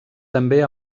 també